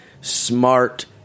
smart